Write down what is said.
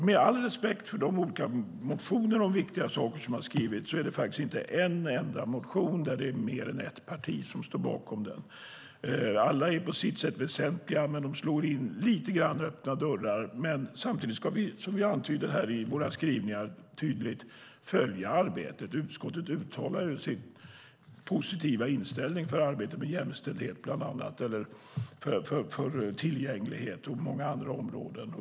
Med all respekt för de olika motioner om viktiga saker som har väckts är det inte en enda motion där det är mer än ett parti som står bakom. Alla är på sitt sätt väsentliga. Men de slår lite grann in öppna dörrar. Samtidigt ska vi, som vi antyder i våra skrivningar, tydligt följa arbetet. Utskottet uttalar sin positiva inställning för bland annat arbetet med jämställdhet, tillgänglighet och många andra områden.